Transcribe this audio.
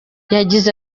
yagize